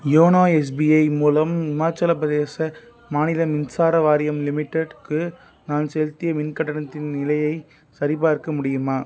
YONO SBI மூலம் இமாச்சலப் பிரதேச மாநில மின்சார வாரியம் லிமிடெட் க்கு நான் செலுத்திய மின் கட்டணத்தின் நிலையைச் சரிபார்க்க முடியுமா